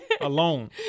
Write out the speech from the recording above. alone